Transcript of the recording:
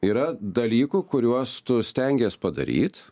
yra dalykų kuriuos tu stengies padaryt